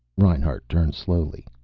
reinhart turned slowly.